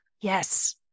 Yes